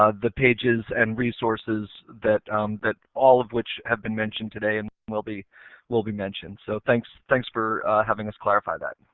ah pages and resources that that all of which have been mentioned today and will be will be mentioned. so thanks thanks for having us clarify that. and